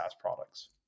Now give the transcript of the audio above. products